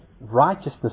righteousness